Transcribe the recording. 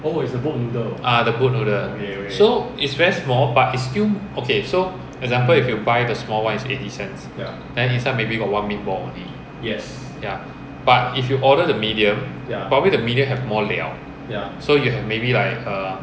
ah is the boat noodle so it's very small but is still okay so example if you buy the small one is eighty cents then inside maybe got one meatball only ya but if you order the medium probably the medium have more 料 so you have maybe like err